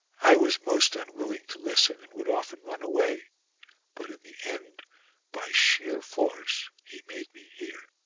i was most unwilling to listen and would often run away but in the end by sheer force he made me hear.